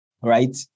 right